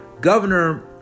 Governor